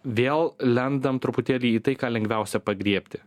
vėl lendam truputėlį į tai ką lengviausia pagriebti